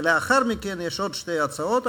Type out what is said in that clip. ולאחר מכן יש עוד שתי הצעות,